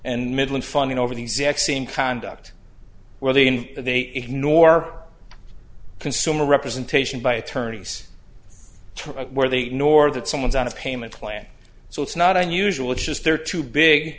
and middling funding over the exact same conduct where the they ignore consumer representation by attorneys where they nor that someone's on a payment plan so it's not unusual it's just they're too big